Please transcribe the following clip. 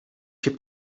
się